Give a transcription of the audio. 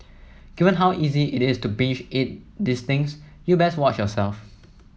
given how easy it is to binge eat these things you best watch yourself